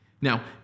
Now